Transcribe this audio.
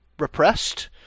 repressed